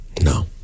No